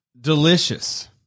Delicious